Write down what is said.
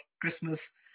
Christmas